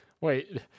Wait